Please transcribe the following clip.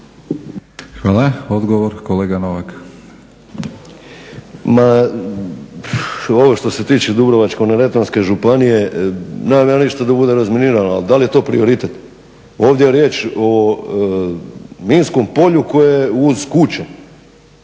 laburisti - Stranka rada)** Ma ovo što se tiče Dubrovačko-neretvanske županije nemam ja ništa da bude razminirano, a da li je to prioritet? Ovdje je riječ o minskom polju koje je uz kuće.